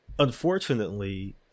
unfortunately